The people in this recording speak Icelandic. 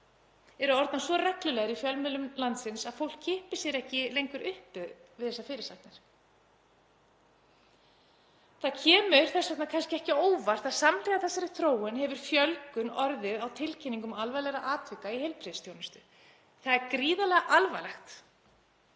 birtast svo reglulega í fjölmiðlum landsins að fólki kippir sér ekki lengur upp við þessar fyrirsagnir. Það kemur þess vegna kannski ekki á óvart að samhliða þessari þróun hefur fjölgun orðið á tilkynningum á alvarlegum atvikum í heilbrigðisþjónustu. Það er gríðarlega alvarlegt